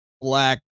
black